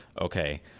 okay